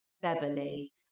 Beverly